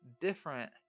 different